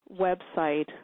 website